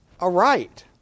aright